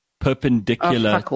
perpendicular